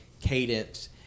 cadence